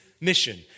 mission